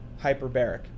hyperbaric